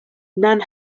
none